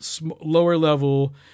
lower-level